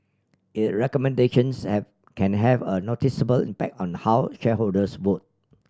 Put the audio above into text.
it recommendations have can have a noticeable impact on how shareholders vote